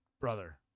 brother